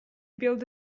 built